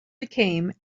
became